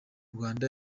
rwanda